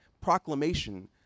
proclamation